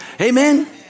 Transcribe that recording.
Amen